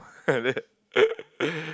like that